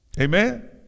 Amen